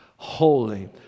Holy